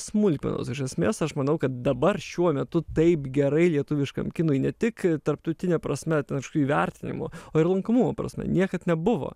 smulkmenos iš esmės aš manau kad dabar šiuo metu taip gerai lietuviškam kinui ne tik tarptautine prasme ten kažkokių įvertinimų o ir lankomumo prasme niekad nebuvo